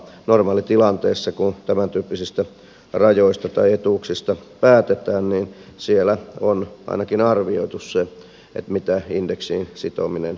normaalitilanteessa kun tämäntyyppisistä rajoista tai etuuksista päätetään siellä on ainakin arvioitu se mitä indeksiin sitominen merkitsisi